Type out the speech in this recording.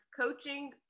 coaching